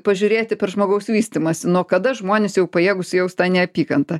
pažiūrėti per žmogaus vystymąsi nuo kada žmonės jau pajėgūs jaust tą neapykantą